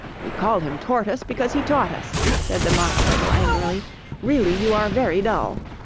we called him tortoise because he taught us said the mock turtle angrily really you are very dull